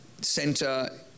center